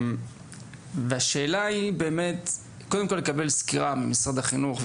אנחנו נקבל סקירה ממשרד החינוך.